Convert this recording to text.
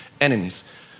enemies